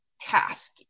task